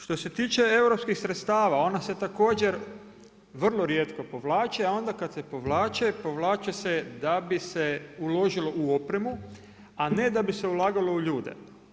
Što se tiče europskih sredstava, ona se također vrlo rijetko povlače, a onda kad se povlače, povlače se da bi se uložilo u opremi a ne da bi se ulagalo u ljude.